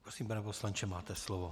Prosím, pane poslanče, máte slovo.